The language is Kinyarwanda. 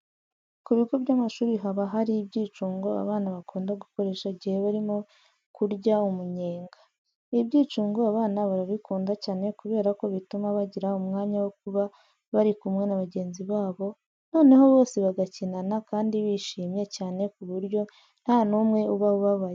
Ku bigo by'amashuri haba hari ibyicungo abana bakunda gukoresha igihe barimo kurya umunyenga. Ibi byicungo abana barabikunda cyane kubera ko bituma bagira umwanya wo kuba bari kumwe na bagenzi babo, noneho bose bagakinana kandi bishimye cyane ku buryo nta n'umwe uba ubabaye.